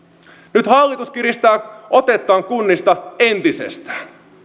nyt hallitus kiristää otettaan kunnista entisestään